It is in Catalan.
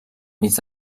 mig